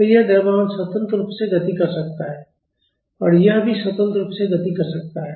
तो यह द्रव्यमान स्वतंत्र रूप से गति कर सकता है और यह भी स्वतंत्र रूप से गति कर सकता है